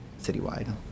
citywide